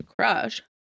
crush